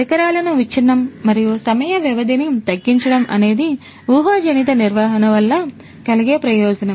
పరికరాలను విచ్ఛిన్నం మరియు సమయ వ్యవధిని తగ్గించడం అనేది ఊహాజనిత నిర్వహణ వల్ల కలిగే ప్రయోజనం